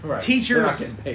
teachers